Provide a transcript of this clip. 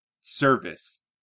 service